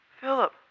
Philip